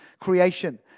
creation